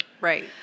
Right